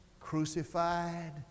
Crucified